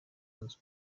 nzu